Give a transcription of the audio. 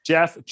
Jeff